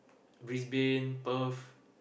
Brisbane Perth